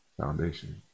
Foundation